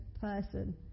person